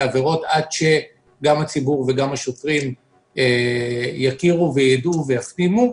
העבירות עד שגם הציבור וגם השוטרים יכירו ויידעו ויפנימו.